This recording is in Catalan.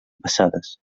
passades